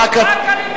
רק הליכוד יכול,